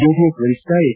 JDS ವರಿಷ್ಠ H